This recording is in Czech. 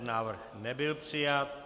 Návrh nebyl přijat.